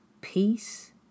Peace